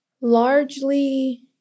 largely